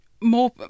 more